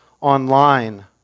online